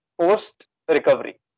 post-recovery